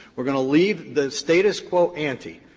we're going to leave the status quo ante,